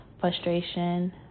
frustration